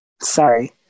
Sorry